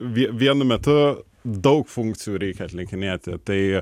vie vienu metu daug funkcijų reikia atlikinėti tai